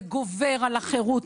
זה גובר על החירות,